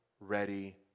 ready